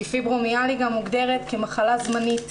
כי פיברומיאלגיה מוגדרת כמחלה זמנית,